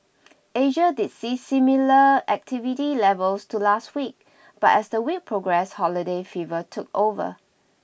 Asia did see similar activity levels to last week but as the week progressed holiday fever took over